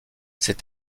ces